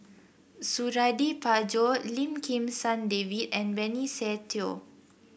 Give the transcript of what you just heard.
Suradi Parjo Lim Kim San David and Benny Se Teo